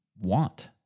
want